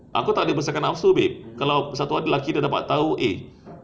aku tak ada besarkan nafsu babe kalau satu hari lelaki dia dapat tahu eh